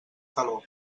calor